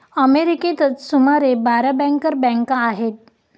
अमेरिकेतच सुमारे बारा बँकर बँका आहेत